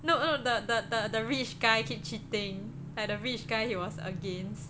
no no the the the rich guy keep cheating like the rich guy he was against